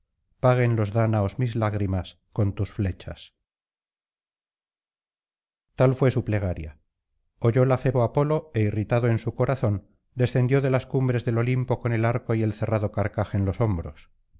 paguen los dáñaos mis lagrimas con tus flechas tal fué su plegaria oyóla febo apolo é irritado en su corazón descendió de las cumbres del olimpo con el arco y el cerrado carcaj en los hombros